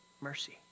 mercy